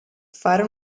fare